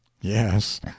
yes